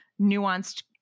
nuanced